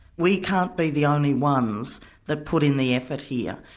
we can't be the only ones that put in the effort here.